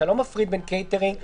אתה לא מפריד בין קייטרינג לדי-ג'יי.